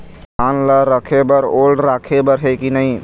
धान ला रखे बर ओल राखे बर हे कि नई?